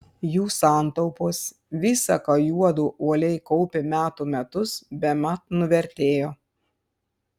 jų santaupos visa ką juodu uoliai kaupė metų metus bemat nuvertėjo